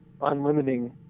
unlimiting